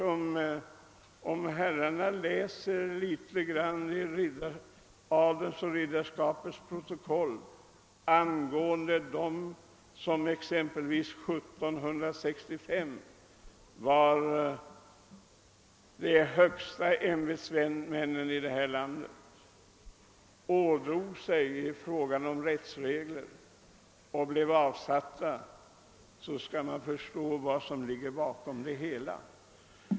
Om man läser adelns och ridderskapets protokoll angående exempelvis vad de som 1765 var rikets högsta ämbetsmän gjorde sig skyldiga till i fråga om överträdelse av gällande rättsregler och därför blev avsatta, skall man förstå vad som ligger bakom det hela.